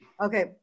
Okay